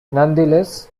nonetheless